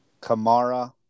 Kamara